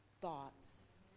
thoughts